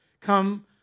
come